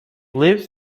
lives